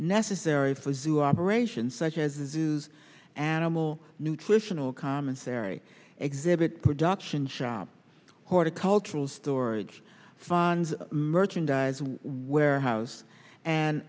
necessary for the zoo operations such as this is animal nutritional commissary exhibit production shop horticultural storage fans merchandise where house and